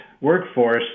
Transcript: workforce